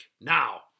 now